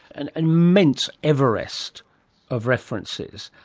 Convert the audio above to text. an immense everest of references.